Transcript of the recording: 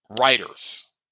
writers